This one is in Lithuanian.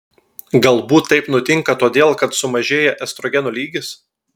galbūt taip nutinka todėl kad sumažėja estrogeno lygis